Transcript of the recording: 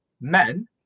men